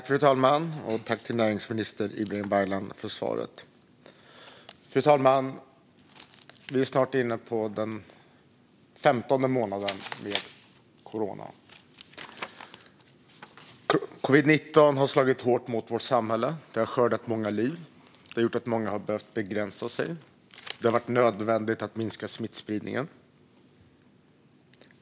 Fru talman! Tack, näringsminister Ibrahim Baylan, för svaret! Fru talman! Vi är snart inne på den 15:e månaden med coronapandemin. Covid-19 har slagit hårt mot vårt samhälle och har skördat många liv. Många har behövt begränsa sig. Det har varit nödvändigt att minska smittspridningen.